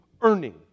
earning